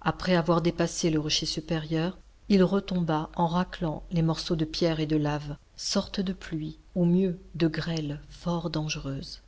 après avoir dépassé le rocher supérieur il retomba en raclant les morceaux de pierres et de laves sorte de pluie ou mieux de grêle fort dangereuse